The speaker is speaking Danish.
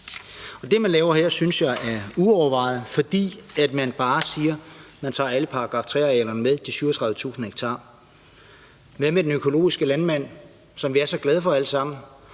Det, man laver her, synes jeg er uovervejet, fordi man bare siger, at man tager alle § 3-arealerne med i de 37.000 ha. Hvad med den økologiske landmand, vi er så glade for alle sammen,